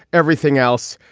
everything else.